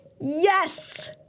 Yes